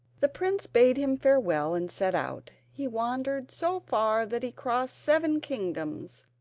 the prince bade him farewell and set out. he wandered so far that he crossed seven kingdoms,